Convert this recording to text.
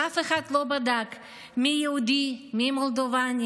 אף אחד לא בדק מי יהודי, מי מולדובי,